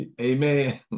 Amen